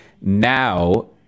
now